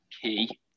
key